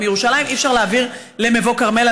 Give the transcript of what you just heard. אבל מירושלים אי-אפשר להעביר למבוא כרמל,